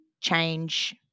change